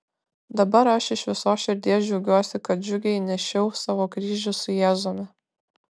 dabar aš iš visos širdies džiaugiuosi kad džiugiai nešiau savo kryžių su jėzumi